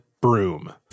broom